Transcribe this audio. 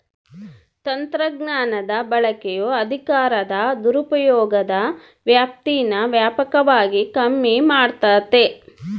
ತಂತ್ರಜ್ಞಾನದ ಬಳಕೆಯು ಅಧಿಕಾರದ ದುರುಪಯೋಗದ ವ್ಯಾಪ್ತೀನಾ ವ್ಯಾಪಕವಾಗಿ ಕಮ್ಮಿ ಮಾಡ್ತತೆ